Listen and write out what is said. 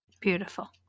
Beautiful